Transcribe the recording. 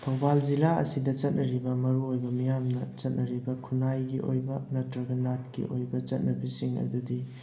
ꯊꯧꯕꯥꯜ ꯖꯤꯂꯥ ꯑꯁꯤꯗ ꯆꯠꯅꯔꯤꯕ ꯃꯔꯨꯑꯣꯏꯕ ꯃꯤꯌꯥꯝꯅ ꯆꯠꯅꯔꯤꯕ ꯈꯨꯟꯅꯥꯏꯒꯤ ꯑꯣꯏꯕ ꯅꯠꯇ꯭ꯔꯒꯅ ꯅꯥꯠꯀꯤ ꯑꯣꯏꯕ ꯆꯠꯅꯕꯤꯁꯤꯡ ꯑꯗꯨꯗꯤ